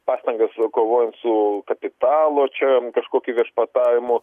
pastangas kovojant su kapitalo čia kažkokiu viešpatavimu